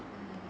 mm